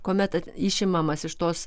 kuomet išimamas iš tos